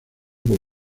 como